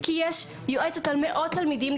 כי יש יועצת על מאות תלמידים,